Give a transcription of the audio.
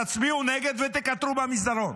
תצביעו נגד ותקטרו במסדרון.